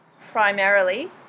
primarily